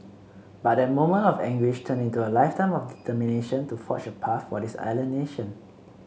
but that moment of anguish turned into a lifetime of determination to forge a path for this island nation